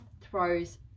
throws